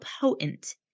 potent